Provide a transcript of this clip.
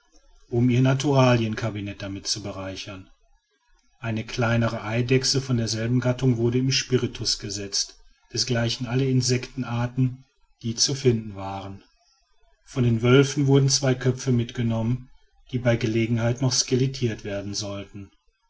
um ihr naturalienkabinett damit zu bereichern eine kleinere eidechse von derselben gattung wurde in spiritus gesetzt desgleichen alle insektenarten die zu finden waren von den wölfen wurden zwei köpfe mitgenommen die bei gelegenheit noch skelettiert werden sollten